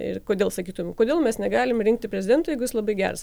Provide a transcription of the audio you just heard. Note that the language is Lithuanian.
ir kodėl sakytum kodėl mes negalim rinkti prezidento jeigu jis labai geras